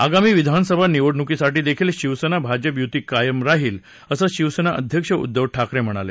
आगामी विधानसभा निवडणुकीसाठी देखील शिवसेना भाजपा युती कायम राहील असं शिवसेना अध्यक्ष उद्दव ठाकरे म्हणाले